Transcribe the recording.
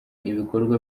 ibikorwa